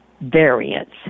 variants